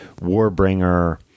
Warbringer